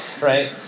right